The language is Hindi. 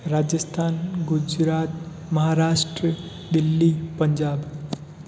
राजस्थान गुजरात महाराष्ट्र दिल्ली पंजाब